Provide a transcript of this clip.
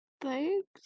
Thanks